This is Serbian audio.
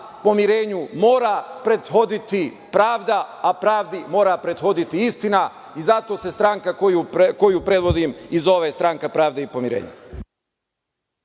pomirenju mora prethoditi pravda, a pravdi mora prethoditi istina i zato se stranka koju predvodim i zove Stranka pravde i pomirenja.